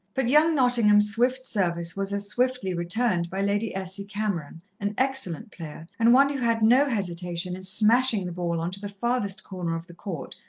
but young nottingham's swift service was as swiftly returned by lady essie cameron, an excellent player, and one who had no hesitation in smashing the ball on to the farthest corner of the court,